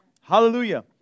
Hallelujah